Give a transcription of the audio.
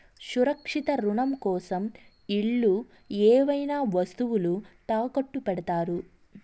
సురక్షిత రుణం కోసం ఇల్లు ఏవైనా వస్తువులు తాకట్టు పెడతారు